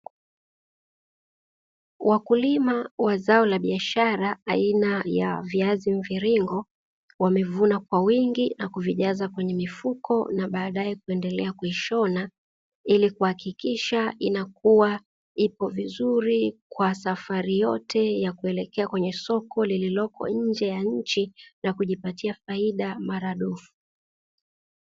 Wakulima wa zao la biashara aina ya viazi mviringo, wamevuna kwa wingi na kuvijaza kwenye mifuko na baadaye kuendelea kuishona. Ili kuhakikisha inakuwa ipo vizuri kwa safari yote ya kuelekea kwenye soko lililoko nje ya nchi, na kujipatia faida maradufu.